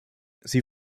sie